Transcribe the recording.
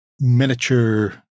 miniature